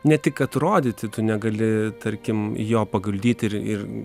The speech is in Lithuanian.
ne tik atrodyti tu negali tarkim jo paguldyti ir ir